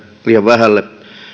liian vähälle